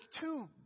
two